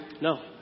No